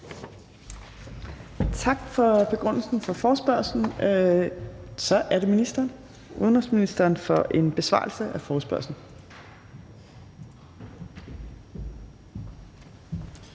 Tak for begrundelsen for forespørgslen. Så er det udenrigsministeren for en besvarelse af forespørgslen.